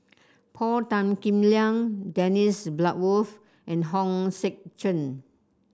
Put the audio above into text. Paul Tan Kim Liang Dennis Bloodworth and Hong Sek Chern